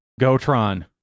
gotron